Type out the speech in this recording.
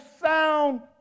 sound